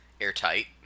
airtight